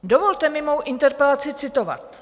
Dovolte mi mou interpelaci citovat: